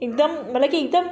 हिकदमि मतलबु की हिकदमि